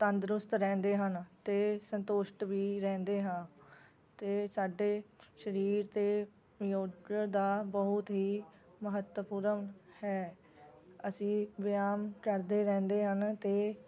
ਤੰਦਰੁਸਤ ਰਹਿੰਦੇ ਹਨ ਅਤੇ ਸੰਤੁਸ਼ਟ ਵੀ ਰਹਿੰਦੇ ਹਾਂ ਅਤੇ ਸਾਡੇ ਸਰੀਰ 'ਤੇ ਯੋਗਾ ਦਾ ਬਹੁਤ ਹੀ ਮਹੱਤਵਪੂਰਨ ਹੈ ਅਸੀਂ ਬਿਆਨ ਕਰਦੇ ਰਹਿੰਦੇ ਹਨ ਅਤੇ